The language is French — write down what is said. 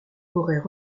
auraient